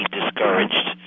discouraged